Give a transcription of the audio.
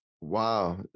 Wow